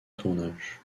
tournage